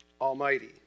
Almighty